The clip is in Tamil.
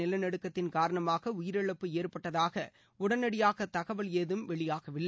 நிலநடுக்கத்தின் காரணமாக உயிரிழப்பு ஏற்பட்டதாக உடனடியாக தகவல் ஏதும் இந்த வெளியாகவில்லை